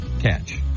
catch